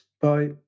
Bye